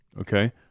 okay